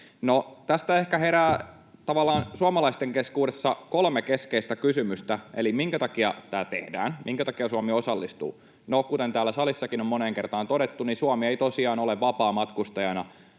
tästä ehkä herää suomalaisten keskuudessa tavallaan kolme keskeistä kysymystä: Eli minkä takia tämä tehdään? Minkä takia Suomi osallistuu? No, kuten täällä salissakin on moneen kertaan todettu, Suomi ei tosiaan ole vapaamatkustajana